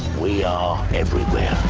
we are everywhere